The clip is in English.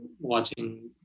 watching